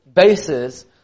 bases